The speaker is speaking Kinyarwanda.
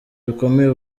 bikomeye